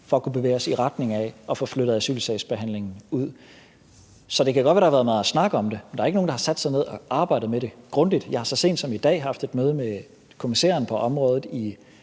for at kunne bevæge os i retning af at få flyttet asylsagsbehandlingen ud. Så det kan godt være, at der har været meget snak om det, men der er ikke nogen, der har sat sig ned og arbejdet med det grundigt. Jeg har så sent som i dag haft et møde med kommissæren på området